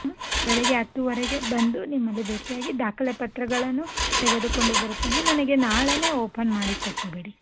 ಹ್ಞೂ ಬೆಳಗ್ಗೆ ಹತ್ತುವರೆಗೆ ಬಂದು ನಿಮ್ಮಲ್ಲಿ ಭೇಟಿಯಾಗಿ ದಾಖಲೆ ಪತ್ರಗಳನ್ನು ತೆಗೆದುಕೊಂಡು ಬರುತ್ತೇನೆ ನನಗೆ ನಾಳೆನೇ ಓಪನ್ ಮಾಡಿ ಕೊಟ್ಟುಬಿಡಿ